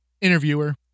interviewer